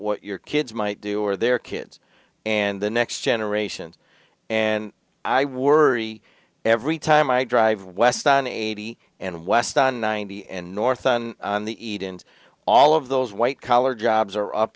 what your kids might do or their kids and the next generation and i worry every time i drive west on eighty and west on ninety and north on the eden's all of those white collar jobs are up